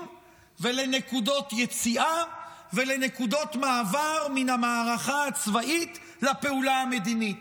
ולנקודות יציאה ולנקודות מעבר מן המערכה הצבאית לפעולה המדינית.